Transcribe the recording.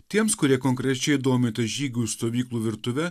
tiems kurie konkrečiai domitės žygių stovyklų virtuve